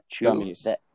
Gummies